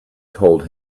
told